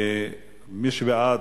מי שבעד,